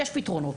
יש פתרונות.